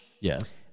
Yes